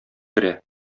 керә